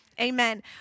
Amen